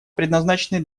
предназначены